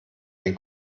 den